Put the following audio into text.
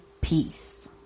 Peace